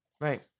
right